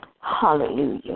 Hallelujah